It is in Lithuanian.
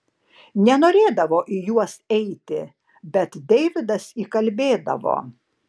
nenorėdavo į juos eiti bet deividas įkalbėdavo